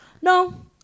No